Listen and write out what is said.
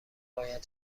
باید